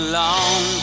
long